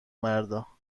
مردا